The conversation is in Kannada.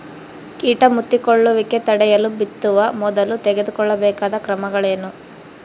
ಕೇಟ ಮುತ್ತಿಕೊಳ್ಳುವಿಕೆ ತಡೆಯಲು ಬಿತ್ತುವ ಮೊದಲು ತೆಗೆದುಕೊಳ್ಳಬೇಕಾದ ಕ್ರಮಗಳೇನು?